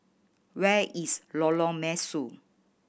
where is Lorong Mesu